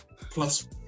plus